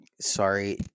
Sorry